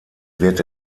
wird